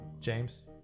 James